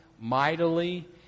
mightily